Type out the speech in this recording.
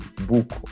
book